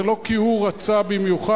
זה לא כי הוא רצה במיוחד,